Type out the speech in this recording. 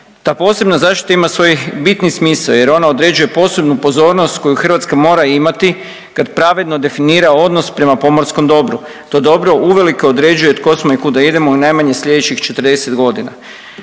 ta posebna zaštita ima svoj bitni smisao jer ona određuje posebnu pozornost koju Hrvatska mora imati kad pravedno definira odnos prema pomorskom dobru. To dobro uvelike određuje tko smo i kuda idemo u najmanje sljedećih 40 godina.